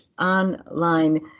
online